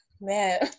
man